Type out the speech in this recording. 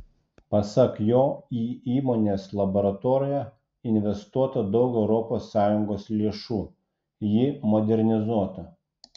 pasak jo į įmonės laboratoriją investuota daug europos sąjungos lėšų ji modernizuota